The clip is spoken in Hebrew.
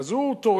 אז הוא טורח,